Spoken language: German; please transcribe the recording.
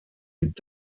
mit